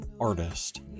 artist